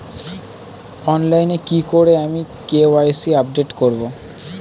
অনলাইনে কি করে আমি কে.ওয়াই.সি আপডেট করব?